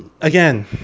Again